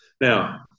now